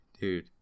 dude